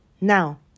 now